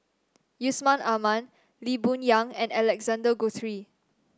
Yusman Aman Lee Boon Yang and Alexander Guthrie